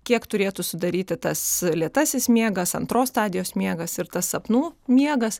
kiek turėtų sudaryti tas lėtasis miegas antros stadijos miegas ir tas sapnų miegas